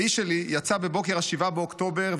האיש שלי יצא בבוקר 7 באוקטובר,